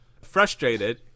Frustrated